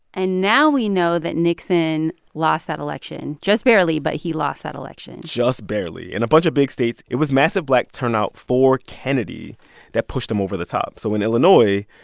and now we know that nixon lost that election just barely, but he lost that election just barely. in a bunch of big states, it was massive black turnout for kennedy that pushed him over the top. so in illinois,